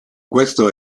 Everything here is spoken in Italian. questo